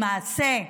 למעשה,